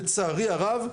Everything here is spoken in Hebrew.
לצערי הרב,